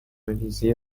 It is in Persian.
ریزی